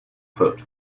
foot